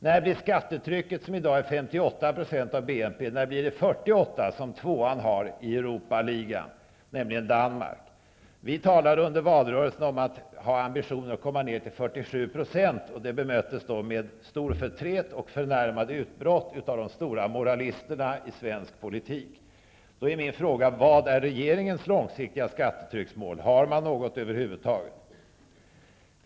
När bli skattetrycket, som i dag är 58 % av Danmark, har? Vi talade under valrörelsen om att ha ambitionen att komma ner till 47 %. Då bemöttes vi med stort förtret och förnärmade utbrott av de stora moralisterna i svensk politik. Har man något över huvud taget?